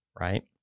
right